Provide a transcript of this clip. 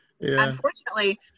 Unfortunately